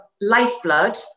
lifeblood